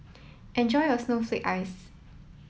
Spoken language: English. enjoy your snowflake ice